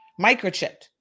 microchipped